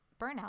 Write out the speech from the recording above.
burnout